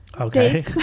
Okay